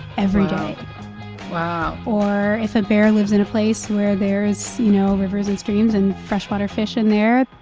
every day wow. wow or if a bear lives in a place where there is, you know, rivers and streams and freshwater fish in there,